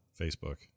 Facebook